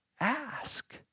Ask